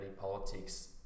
politics